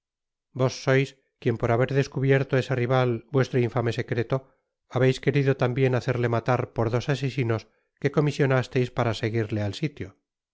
vos sois quien por haber descubierto ese rival vuestro infame secreto habeis querido tambien hacerle matar por dos asesinos que comisionasteis para seguirle al sitio vos